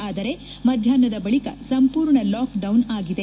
ಆದರೆ ಮಧ್ಯಾಷ್ನದ ಬಳಿಕ ಸಂಪೂರ್ಣ ಲಾಕ್ಡೌನ್ ಆಗಿದೆ